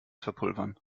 verpulvern